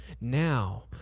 now